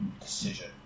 decision